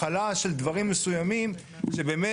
מדובר בעסקים קטנים.